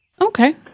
Okay